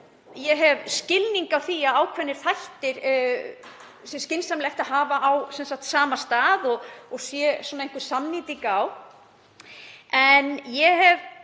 Ég hef skilning á því að ákveðna þætti sé skynsamlegt að hafa á sama stað og hafa einhverja samnýtingu en ég hef